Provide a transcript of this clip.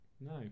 No